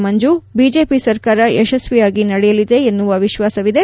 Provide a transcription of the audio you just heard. ಮಂಜು BJP ಸರ್ಕಾರ ಯಶಸ್ವಿಯಾಗಿ ನಡೆಯಲಿದೆ ಎನ್ನುವ ವಿಶ್ವಾಸವಿದೆ